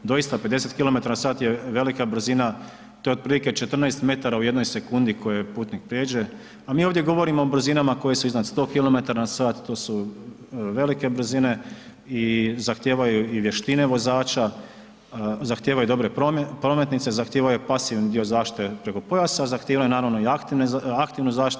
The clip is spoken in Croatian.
Doista 50km na sat je velika brzina, to je otprilike 14 metara u jednoj sekundi koju putnik pređe a mi ovdje govorimo o brzinama koje su iznad 100km na sat, to su velike brzine i zahtijevaju i vještine vozača, zahtijevaju dobre prometnice, zahtijevaju pasivni dio zaštite preko pojasa, zahtijevaju naravno i aktivnu zaštitu.